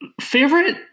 Favorite